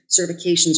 certifications